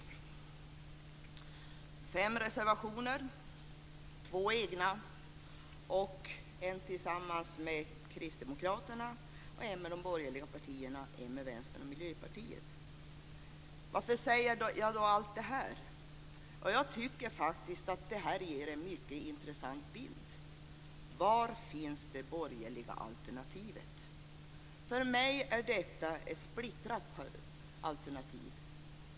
Man har fem reservationer varav två är egna, en tillsammans med Kristdemokraterna, en med de borgerliga partierna och en med Vänstern och Miljöpartiet. Varför säger jag då allt det här? Jo, jag tycker faktiskt att det här ger en mycket intressant bild. Var finns det borgerliga alternativet? För mig är detta ett splittrat alternativ.